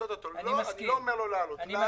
אני מסכים.